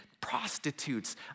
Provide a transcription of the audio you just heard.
prostitutes